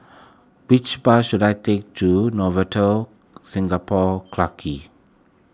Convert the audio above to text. which bus should I take to Novotel Singapore Clarke Quay